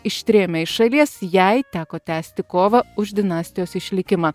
ištrėmė iš šalies jai teko tęsti kovą už dinastijos išlikimą